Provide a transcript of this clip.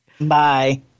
Bye